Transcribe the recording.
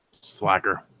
Slacker